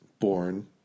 born